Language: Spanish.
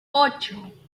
ocho